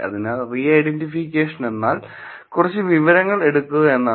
അതിനാൽ re identification എന്നാൽ കുറച്ച് വിവരങ്ങൾ എടുക്കുക എന്നാണ്